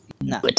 No